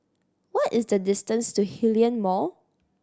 what is the distance to Hillion Mall